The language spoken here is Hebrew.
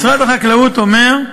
משרד החקלאות אומר.